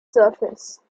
surface